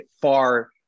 far